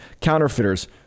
counterfeiters